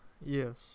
Yes